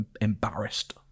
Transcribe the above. embarrassed